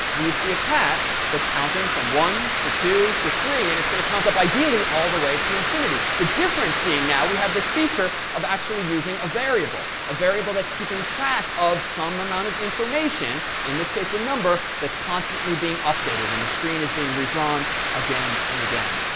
we see a cat that's counting from one to two to three, and it's going to count up, ideally, all the way to infinity. the difference being now, we have this feature of actually using a variable, a variable that's keeping track of some amount of information. in this case, the number that's constantly being updated, and the screen is being redrawn again and again.